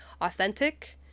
authentic